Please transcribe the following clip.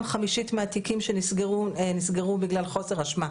חמישית מהתיקים שנסגרו הם נסגרו בגלל חוסר אשמה.